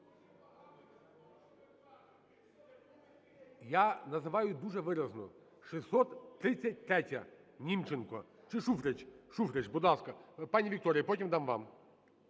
Я називаю дуже виразно: 633-я. Німченко чи Шуфрич? Шуфрич, будь ласка. Пані Вікторія, потім дам вам.